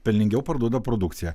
pelningiau parduoda produkciją